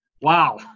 Wow